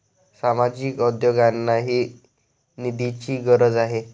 सामाजिक उद्योगांनाही निधीची गरज आहे